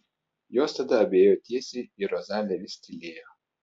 jos tada abi ėjo tiesiai ir rozalija vis tylėjo